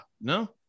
No